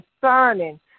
concerning